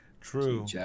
True